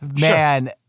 man